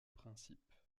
principe